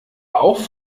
bauch